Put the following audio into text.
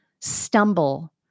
stumble